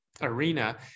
arena